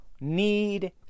need